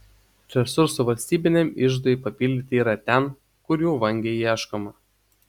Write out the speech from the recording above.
resursų valstybiniam iždui papildyti yra ten kur jų vangiai ieškoma